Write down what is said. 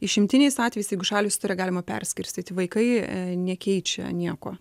išimtiniais atvejais jeigu šalys turi galima perskirstyti vaikai nekeičia nieko